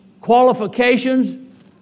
qualifications